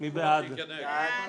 מי בעד,